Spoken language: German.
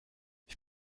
ich